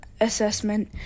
assessment